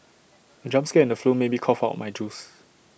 the jump scare in the film made me cough out my juice